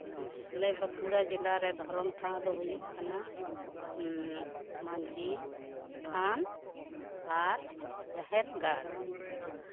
ᱟᱞᱮ ᱵᱟᱸᱠᱩᱲᱟ ᱡᱮᱞᱟᱨᱮ ᱫᱷᱚᱨᱚᱢ ᱴᱷᱟᱶ ᱫᱚ ᱦᱩᱭᱩᱜ ᱠᱟᱱᱟ ᱢᱟᱹᱡᱷᱤ ᱛᱷᱟᱱ ᱟᱨ ᱡᱟᱦᱮᱨ ᱜᱟᱲ